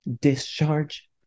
discharge